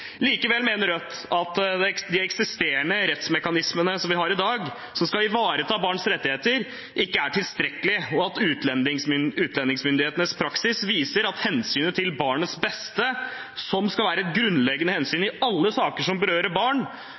Likevel mener Rødt at de eksisterende rettsmekanismene som vi har i dag, som skal ivareta barns rettigheter, ikke er tilstrekkelige, og at utlendingsmyndighetenes praksis viser at hensynet til barnets beste, som skal være et grunnleggende hensyn i alle saker som berører barn,